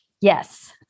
yes